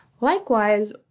Likewise